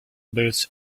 boots